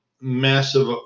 Massive